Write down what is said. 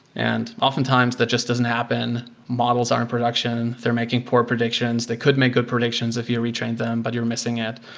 and oftentimes, that just doesn't happen. models are in production, they're making poor predictions. they could make good predictions if you retrain them, but you're missing it,